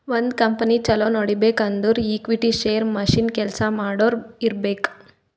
ಒಂದ್ ಕಂಪನಿ ಛಲೋ ನಡಿಬೇಕ್ ಅಂದುರ್ ಈಕ್ವಿಟಿ, ಶೇರ್, ಮಷಿನ್, ಕೆಲ್ಸಾ ಮಾಡೋರು ಇರ್ಬೇಕ್